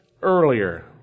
earlier